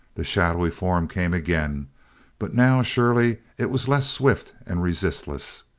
the shadowy form came again but now, surely, it was less swift and resistless.